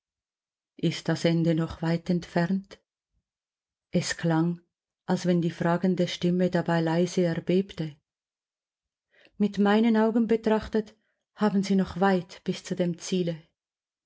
ist das ende noch weit entfernt es klang als wenn die fragende stimme dabei leise erbebte mit meinen augen betrachtet haben sie noch weit bis zu dem ziele